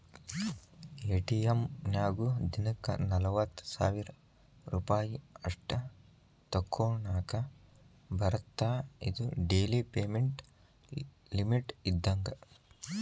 ATM ನ್ಯಾಗು ದಿನಕ್ಕ ನಲವತ್ತ ಸಾವಿರ್ ರೂಪಾಯಿ ಅಷ್ಟ ತೋಕೋನಾಕಾ ಬರತ್ತಾ ಇದು ಡೆಲಿ ಪೇಮೆಂಟ್ ಲಿಮಿಟ್ ಇದ್ದಂಗ